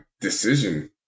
decision